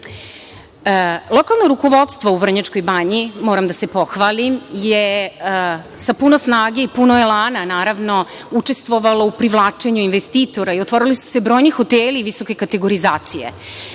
trebaju. Lokalno rukovodstvo u Vrnjačkoj Banji, moram da se pohvalim, je sa puno snage i puno elana učestvovalo u privlačenju investitora i otvorili su se brojni hoteli visoke kategorizacije.